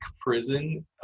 prison